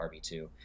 RB2